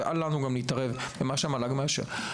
ואל לנו גם להתערב במה שהמל"ג מאשר.